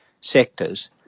sectors